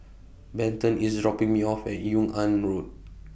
Benton IS dropping Me off At Yung An Road